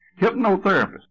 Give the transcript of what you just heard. Hypnotherapist